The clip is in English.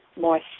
more